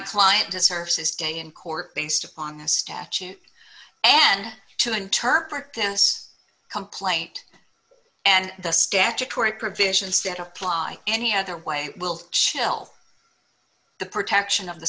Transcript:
client deserves his day in court based upon the statute and to interpret this complaint and the statutory provisions that apply any other way will chill the protection of the